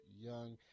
Young